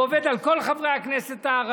הוא עובד על כל חברי הכנסת הערבים,